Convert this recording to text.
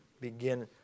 begin